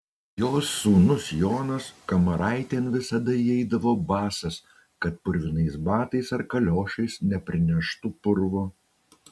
jos sūnus jonas kamaraitėn visada įeidavo basas kad purvinais batais ar kaliošais neprineštų purvo